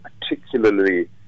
particularly